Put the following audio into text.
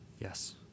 Yes